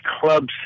clubs